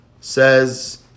says